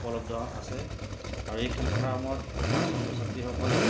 উপলব্ধ আছে আৰু এই খেলপথাৰসমূহত আমাৰ ছাত্ৰ ছাত্ৰীসকলে